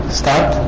start